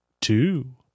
two